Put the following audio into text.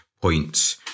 points